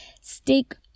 stick